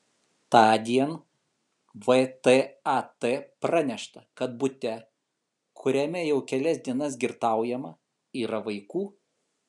tądien vtat pranešta kad bute kuriame jau kelias dienas girtaujama yra vaikų